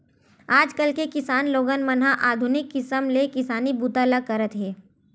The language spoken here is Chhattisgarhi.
आजकाल के किसान लोगन मन ह आधुनिक किसम ले किसानी बूता ल करत हे